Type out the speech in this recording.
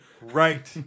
Right